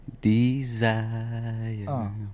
desire